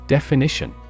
Definition